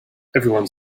everyone